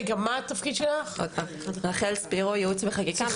אז אני